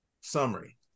Summary